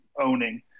owning